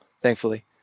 thankfully